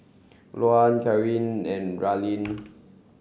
Luanne Caryn and Raelynn